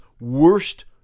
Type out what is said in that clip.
worst